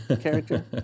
character